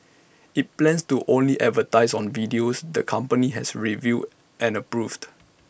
IT plans to only advertise on videos the company has reviewed and approved